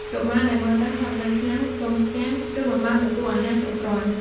កុមារដែលមើលទៅហត់នឿយខ្លាំង ស្គមស្គាំង ឬមិនបានទទួលអាហារគ្រប់គ្រាន់។